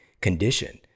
condition